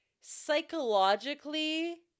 psychologically